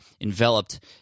enveloped